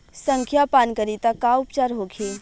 संखिया पान करी त का उपचार होखे?